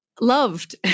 loved